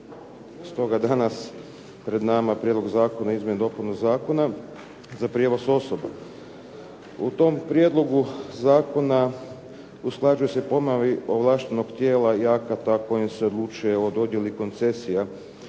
Stoga je danas pred nama Prijedlog zakona o izmjeni i dopuni Zakona za prijevoz osoba. U tom prijedlogu zakona usklađuju se ponovi ovlaštenog tijela i akata o kojim se odlučuje o dodjeli koncesija